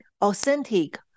authentic